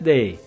Day